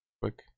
quick